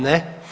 Ne.